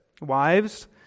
wives